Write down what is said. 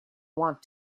want